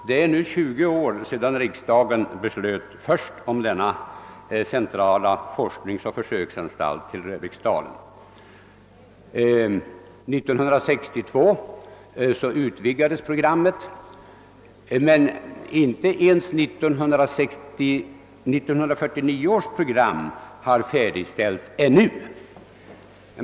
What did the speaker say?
Det är nu 20 år sedan riksdagen första gången fattade beslut om den centrala forskningsoch försöksanstalten Röbäcksdalen. år 1962 utvidgades programmet för anläggningen, men inte ens 1949 års program är ännu uppfyllt.